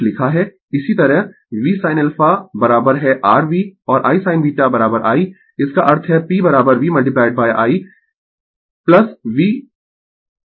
इसी तरह V sin α है r V ' और I sin β I 'इसका अर्थ है P V I V ' I '